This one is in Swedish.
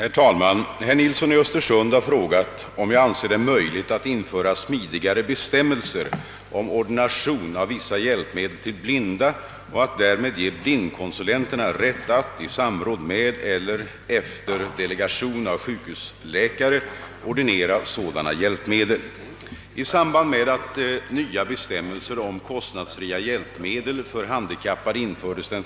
Herr talman! Herr Nilsson i Östersund har frågat, om jag anser det möjligt att införa smidigare bestämmelser om ordination av vissa hjälpmedel till blinda och att därvid ge blindkonsulenterna rätt att — i samråd med flera eller efter (delegation av sjukhusläkare — ordinera sådana hjälpmedel.